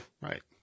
Right